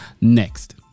next